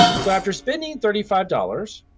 so after spending thirty five dollars,